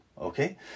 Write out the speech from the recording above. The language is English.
Okay